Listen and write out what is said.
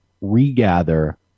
regather